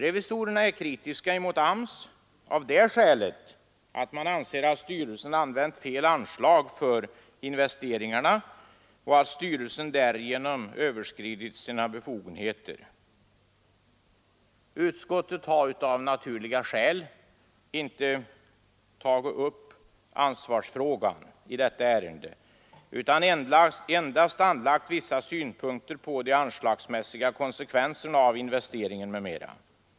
Revisorerna är kritiska mot AMS av det skälet att man anser att styrelsen använt fel anslag för investeringarna och att styrelsen därigenom överskridit sina befogenheter. Utskottet har av naturliga skäl inte tagit upp ansvarsfrågan i detta ärende utan endast anlagt vissa synpunkter på de anslagsmässiga konsekvenserna av investeringen m.m.